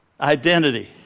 Identity